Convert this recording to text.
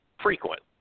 frequent